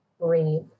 breathe